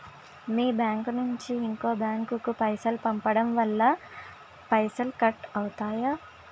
మీ bank నుంచి ఇంకో bank కు పైసలు పంపడం వల్ల పైసలు కట్ అవుతయా?